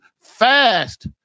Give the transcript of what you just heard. Fast